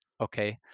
okay